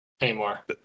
anymore